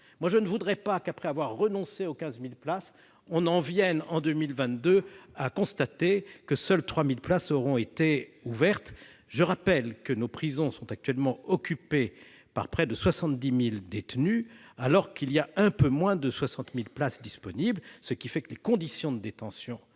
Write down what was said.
; je ne voudrais pas que, après avoir renoncé aux 15 000 places, on en vienne en 2022 à constater que seules 3 000 places auront été ouvertes. Je rappelle que nos prisons sont actuellement occupées par près de 70 000 détenus pour un peu moins de 60 000 places disponibles, ce qui entraîne des conditions de détention parfois